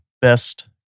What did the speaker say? best